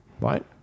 right